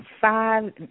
five